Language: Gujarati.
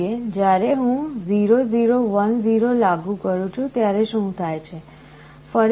જ્યારે હું 0 0 1 0 લાગુ કરું છું ત્યારે શું થાય છે